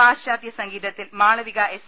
പാശ്ചാതൃസംഗീതത്തിൽ Malavika S